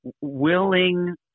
willing